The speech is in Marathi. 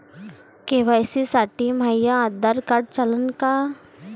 के.वाय.सी साठी माह्य आधार कार्ड चालन का?